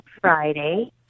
Friday